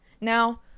Now